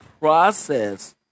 process